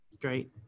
Great